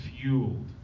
fueled